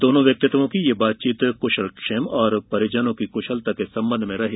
दोनो व्यक्तित्वों की ये बातचीत कुशलक्षेम और परिजनों की कुशलता के संबंध में थी